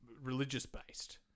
religious-based